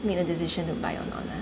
make a decision to buy or not lah